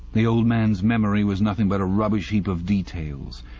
the old man's memory was nothing but a rubbish-heap of details.